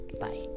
bye